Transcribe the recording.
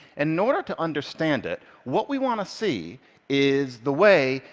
and in order to understand it, what we want to see is the way,